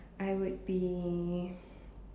I would be